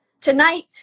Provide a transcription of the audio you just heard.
Tonight